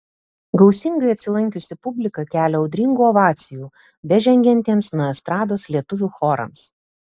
gausingai atsilankiusi publika kelia audringų ovacijų bežengiantiems nuo estrados lietuvių chorams